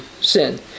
sin